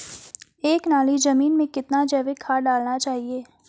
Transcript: एक नाली जमीन में कितना जैविक खाद डालना चाहिए?